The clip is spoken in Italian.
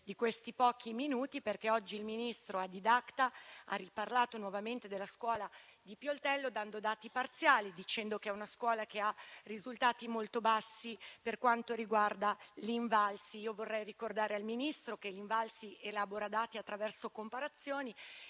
di questi pochi minuti, perché oggi il Ministro alla fiera Didacta Italia ha parlato nuovamente della scuola di Pioltello, dando dati parziali e dicendo che è una scuola che ha risultati molto bassi per quanto riguarda l'Invalsi. Vorrei ricordare al Ministro che l'Invalsi elabora dati attraverso comparazioni